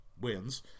wins